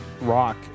rock